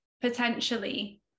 potentially